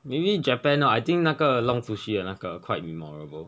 maybe japan ah I think 那个 long sushi 的那个 quite memorable